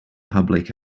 public